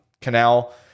Canal